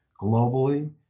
globally